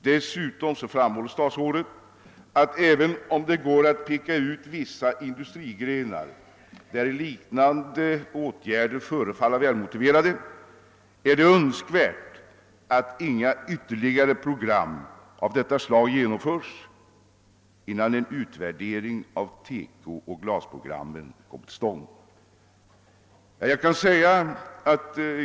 Dessutom framhåller statsrådet att även om det går att peka ut vissa industrigrenar, där liknande åtgärder i och för sig kan förefalla välmotiverade, är det önskvärt att inga ytterligare program av detta slag genomförs, innan en utvärdering av TEKO och glasprogrammen kommit till stånd.